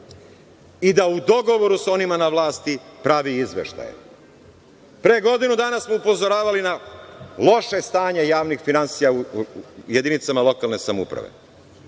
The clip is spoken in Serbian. i da u dogovoru sa onima na vlasti pravi izveštaje. Pre godinu dana smo upozoravali na loše stanje javnih finansija u jedinicama lokalne samouprave.